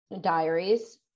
diaries